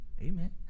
Amen